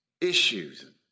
issues